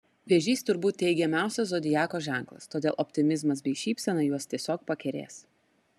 vėžys turbūt teigiamiausias zodiako ženklas todėl optimizmas bei šypsena juos tiesiog pakerės